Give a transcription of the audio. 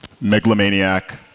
megalomaniac